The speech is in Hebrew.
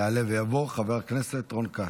יעלה ויבוא חבר הכנסת רון כץ.